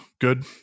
Good